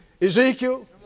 Ezekiel